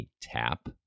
tap